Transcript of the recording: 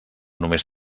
només